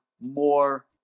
more